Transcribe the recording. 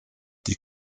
die